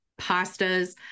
pastas